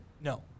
No